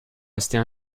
rester